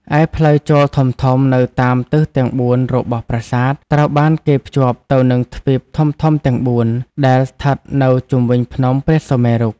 ឯ ផ្លូវចូលធំៗនៅតាមទិសទាំងបួនរបស់ប្រាសាទ ត្រូវបានគេភ្ជាប់ទៅនឹងទ្វីបធំៗទាំងបួន ដែលស្ថិតនៅជុំវិញភ្នំព្រះសុមេរុ។